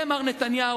זה מר נתניהו.